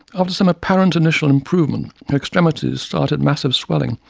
after some apparent initial improvement, her extremities started massive swelling,